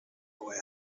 boy